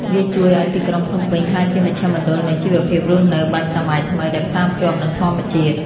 វាជួយឱ្យទីក្រុងភ្នំពេញក្លាយជាមជ្ឈមណ្ឌលនៃជីវភាពរស់នៅបែបសម័យថ្មីដែលផ្សារភ្ជាប់នឹងធម្មជាតិ។